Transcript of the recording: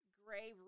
gray